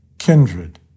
kindred